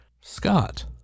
Scott